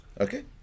okay